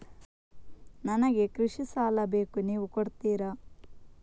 ನನಗೆ ಕೃಷಿ ಸಾಲ ಬೇಕು ನೀವು ಕೊಡ್ತೀರಾ?